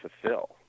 fulfill